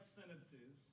sentences